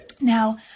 Now